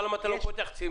תודה.